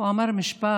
והוא אמר משפט,